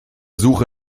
suche